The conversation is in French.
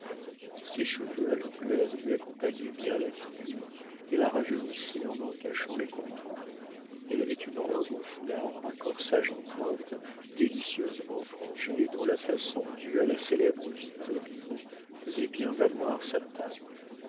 ses cheveux à l'anglaise lui accompagnaient bien la figure et la rajeunissaient en en cachant les contours elle avait une robe en foulard à corsage en pointe délicieusement frangée et dont la façon due à la célèbre victorine faisait bien valoir sa taille